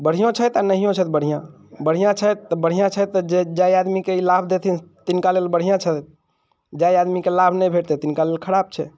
बढ़िओ छथि आ नहियो छथि बढ़िआँ छथि बढ़िआँ छथि तऽ जाहि आदमीकेँ ई लाभ देथिन तिनका लेल बढ़िआँ छनि जाहि आदमीके लाभ नहि भेटतै तिनका लेल खराब छै